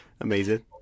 amazing